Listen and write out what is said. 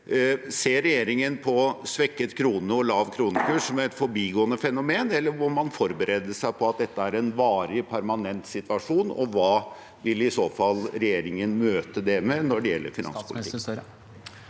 Ser regjeringen på svekket krone og lav kronekurs som et forbigående fenomen, eller må man forberede seg på at dette er en varig, permanent situasjon? Hva vil i så fall regjeringen møte det med når det gjelder finanspolitikken?